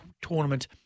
tournament